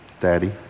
Daddy